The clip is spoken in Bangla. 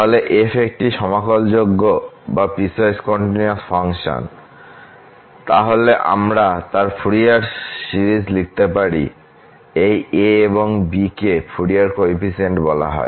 তাহলে fএকটি সমাকলনযোগ্য বা পিসওয়াইস কন্টিনিউয়াস ফাংশন হয় তাহলে আমরা তার ফুরিয়ার সিরিজ লিখতে পারি এবং এই a এবং b কে ফুরিয়ার কোফিসিয়েন্টস বলা হয়